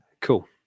cool